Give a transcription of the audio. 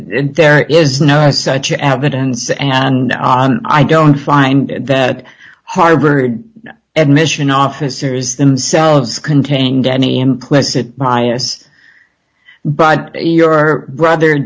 there is no such evidence and i don't find that harbored admission officers themselves contained any implicit bias but your brother